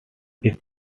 its